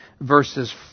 verses